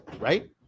right